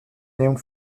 named